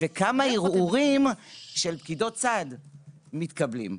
וכמה ערעורים של פקידות סעד מתקבלים.